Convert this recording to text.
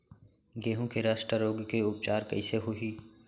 गेहूँ के रस्ट रोग के उपचार कइसे होही?